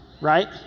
right